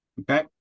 Okay